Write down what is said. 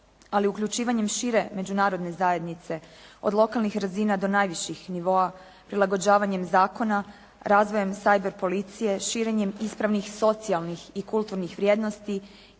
ali uključivanjem šire međunarodne zajednice od lokalnih razina do najviših nivoa prilagođavanjem zakona, razvojem cyber policije, širenjem ispravnih socijalnih i kulturnih vrijednosti